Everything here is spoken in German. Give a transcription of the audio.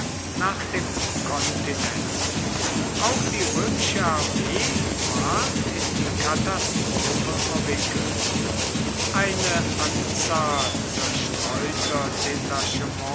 nach dem kontinent auch die römische armee ward in die katastrophe verwickelt eine anzahl zerstreuter